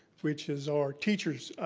which is our teachers,